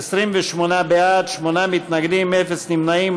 28 בעד, שמונה מתנגדים, אין נמנעים.